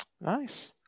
Nice